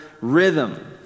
rhythm